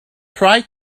try